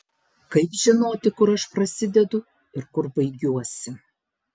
kaip žinoti kur aš prasidedu ir kur baigiuosi